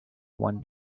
when